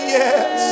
yes